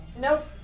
nope